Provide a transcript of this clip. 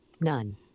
None